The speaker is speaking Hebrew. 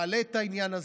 מעלה את העניין הזה,